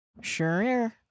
Sure